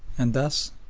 and thus,